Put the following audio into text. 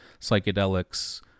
psychedelics